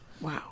Wow